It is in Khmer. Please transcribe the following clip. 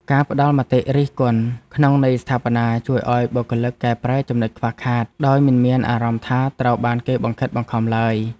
ការផ្តល់មតិរិះគន់ក្នុងន័យស្ថាបនាជួយឱ្យបុគ្គលិកកែប្រែចំណុចខ្វះខាតដោយមិនមានអារម្មណ៍ថាត្រូវបានគេបង្ខិតបង្ខំឡើយ។